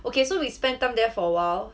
okay so we spend time there for a while